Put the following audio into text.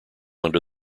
under